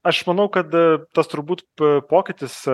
aš manau kad tas turbūt p pokytis